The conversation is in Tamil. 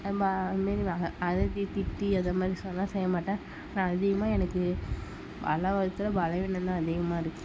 நம்ம அது மாதிரி வகை அதட்டி திட்டி அது மாதிரி சொன்னால் செய்யமாட்டேன் நான் அதிகமாக எனக்கு பலம் விட பலவீனம் தான் அதிகமாயிருக்கு